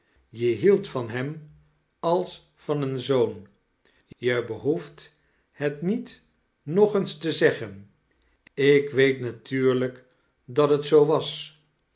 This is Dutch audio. je hieldt van hem als van een zoon je behoeft het niet nog eens te zeggen ik weet natuurlijk dat t zoo was